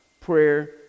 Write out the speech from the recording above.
Prayer